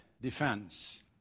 defense